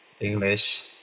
English